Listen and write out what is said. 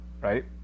right